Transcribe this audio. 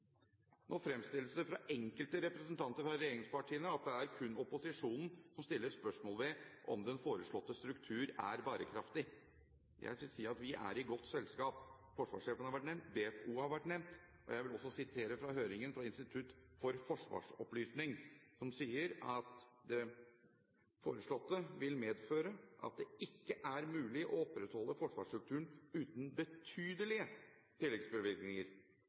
fra enkelte representanter fra regjeringspartiene som at det er kun opposisjonen som stiller spørsmål ved om den foreslåtte struktur er bærekraftig. Jeg vil si at vi er i godt selskap – forsvarssjefen har vært nevnt, BFO har vært nevnt. Jeg vil også sitere fra høringen fra Institutt for Forsvarsopplysning, som sier at det foreslåtte «vil medføre at det ikke er mulig å opprettholde forsvarsstrukturen uten betydelige tilleggsbevilgninger».